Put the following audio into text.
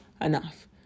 Enough